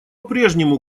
прежнему